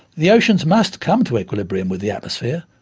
the oceans must come to equilibrium with the atmosphere,